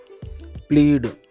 Plead